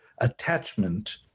attachment